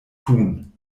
tun